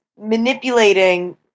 manipulating